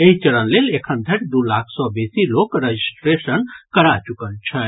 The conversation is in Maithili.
एहि चरण लेल एखन धरि दू लाख सँ बेसी लोक रजिस्ट्रेशन करा चुकल छथि